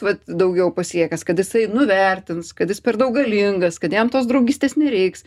vat daugiau pasiekęs kad jisai nuvertins kad jis per daug galingas kad jam tos draugystės nereiks